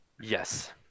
Yes